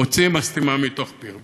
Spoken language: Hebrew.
מוציא משטמה מתוך פיו.